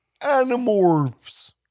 Animorphs